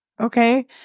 Okay